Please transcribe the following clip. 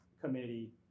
committee